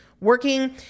working